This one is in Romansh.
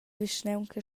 vischnaunca